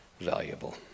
valuable